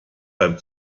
beim